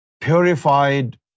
purified